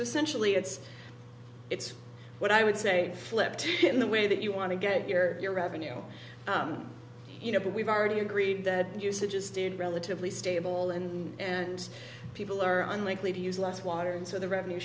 essentially it's it's what i would say flip to get in the way that you want to get your your revenue you know but we've already agreed that you suggested relatively stable and and people are unlikely to use less water and so the revenue